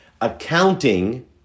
Accounting